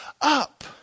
up